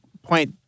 point